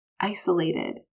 isolated